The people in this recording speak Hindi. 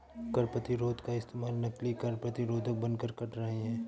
कर प्रतिरोध का इस्तेमाल नकली कर प्रतिरोधक बनकर कर रहे हैं